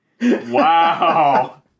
Wow